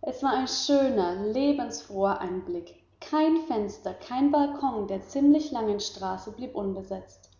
es war ein schöner lebensfroher anblick kein fenster kein balkon der ziemlich langen straße blieb unbesetzt